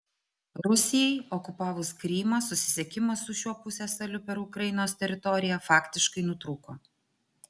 rusijai okupavus krymą susisiekimas su šiuo pusiasaliu per ukrainos teritoriją faktiškai nutrūko